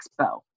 expo